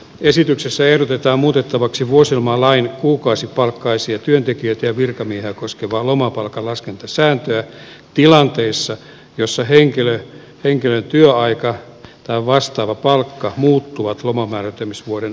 esityksessä ehdotetaan muutettavaksi vuosilomalain kuukausipalkkaisia työntekijöitä ja virkamiehiä koskevaa lomapalkan laskentasääntöä tilanteessa jossa henkilön työaika tai vastaava palkka muuttuvat lomanmääräytymisvuoden aikana